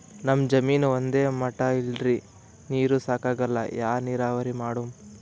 ನಮ್ ಜಮೀನ ಒಂದೇ ಮಟಾ ಇಲ್ರಿ, ನೀರೂ ಸಾಕಾಗಲ್ಲ, ಯಾ ನೀರಾವರಿ ಮಾಡಮು?